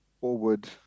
forward